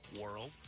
world